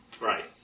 Right